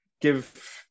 give